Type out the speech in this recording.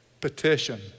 petition